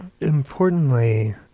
importantly